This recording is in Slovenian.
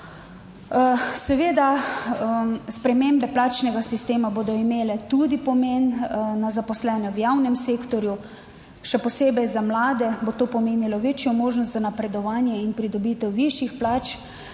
Seveda spremembe plačnega sistema bodo imele tudi pomen na zaposlene v javnem sektorju. Še posebej za mlade bo to pomenilo večjo možnost za napredovanje in pridobitev višjih plač,